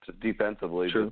defensively